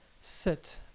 sit